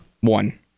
One